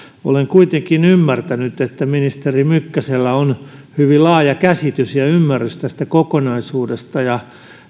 olen kuitenkin ymmärtänyt että ministeri mykkäsellä on hyvin laaja käsitys ja ymmärrys tästä kokonaisuudesta ja